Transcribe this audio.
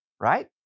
right